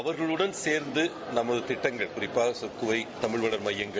அவர்களுடன் சேர்ந்து நமது திட்டங்கள் குறிப்பாக தமிழ் வள அமையங்கள்